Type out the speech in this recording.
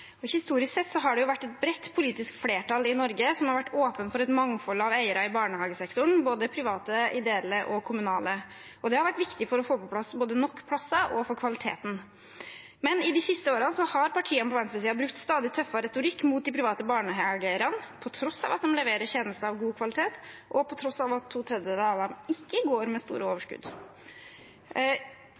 Historisk sett har et bredt politisk flertall i Norge vært åpen for et mangfold av eiere i barnehagesektoren, både private, ideelle og kommunale. Det har vært viktig både for å få nok plasser og for kvaliteten. Men de siste årene har partiene på venstresiden brukt stadig tøffere retorikk mot de private barnehageeierne, på tross av at de leverer tjenester av god kvalitet, og på tross av at to tredjedeler av dem ikke går med store overskudd.